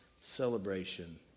celebration